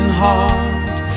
heart